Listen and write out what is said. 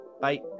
Bye